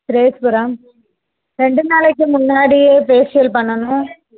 ரேஸ்புரம் ரெண்டு நாளைக்கு முன்னாடியே ஃபேசியல் பண்ணணும்